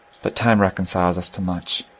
but time reconcqes us to much.